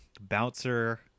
Bouncer